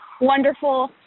wonderful